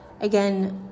Again